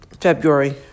February